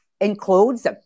includes